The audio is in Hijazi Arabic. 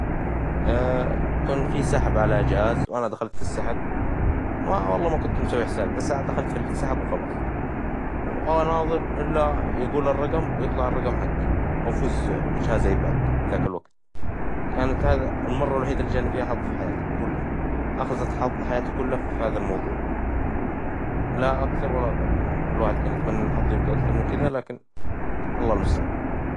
كان في سحب على جهاز وأنا دخلت في السحب، وما والله ما كنت مسوي حساب بس دخلت في السحب وخلاص، وما أناظر إلا يقول الرقم، ويطلع الرقم حجي، وأفوز بجهاز آي باد ذاك الوقت، كانت هذي المرة الوحيدة إللي جاني فيها حظ في حياتي كلها، أخذت حظ حياتي كلها في هذا الموظوع، لا أكثر ولا أقل الواحد كان يتمنى يكون له حظ أفظل من كدا، لكن الله المستعان.